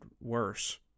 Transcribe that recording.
worse